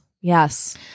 Yes